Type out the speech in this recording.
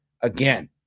again